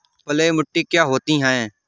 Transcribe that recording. बलुइ मिट्टी क्या होती हैं?